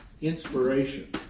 inspiration